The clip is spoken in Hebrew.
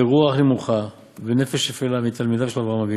ורוח נמוכה, ונפש שפלה, מתלמידיו של אברהם אבינו,